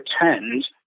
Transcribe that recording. pretend